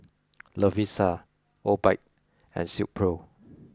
Lovisa Obike and Silkpro